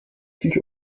sich